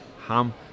Ham